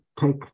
take